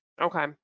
okay